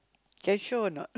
can you show or not